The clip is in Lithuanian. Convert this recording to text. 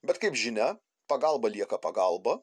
bet kaip žinia pagalba lieka pagalba